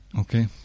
Okay